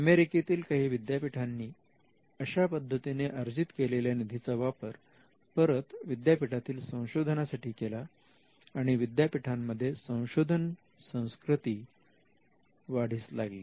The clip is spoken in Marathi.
अमेरिकेतील काही विद्यापीठांनी अशा पद्धतीने अर्जित केलेल्या निधीचा वापर परत विद्यापीठातील संशोधनासाठी केला आणि विद्यापीठांमध्ये संशोधन संस्कृती वाढीस लावली